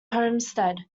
homestead